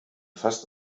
fasst